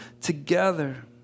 together